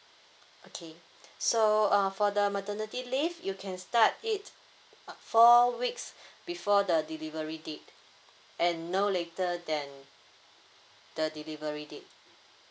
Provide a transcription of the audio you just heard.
okay so uh for the maternity leave you can start it four weeks before the delivery date and no later than the delivery date